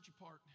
apart